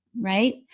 Right